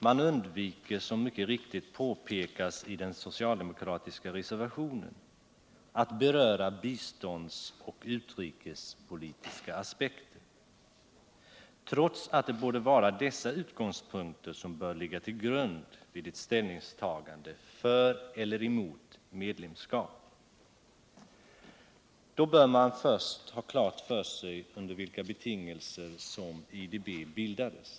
Man undviker, som mycket riktigt påpekas i den socialdemokratiska reservationen, att beröra biståndsaspekterna och de utrikespolitiska aspekterna, trots att dessa borde ligga till grund för ett ställningstagande för eller emot medlemskap. Först bör man ha klart för sig under vilka betingelser IDB bildades.